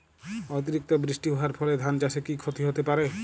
অতিরিক্ত বৃষ্টি হওয়ার ফলে ধান চাষে কি ক্ষতি হতে পারে?